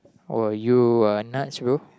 oh you are nuts bro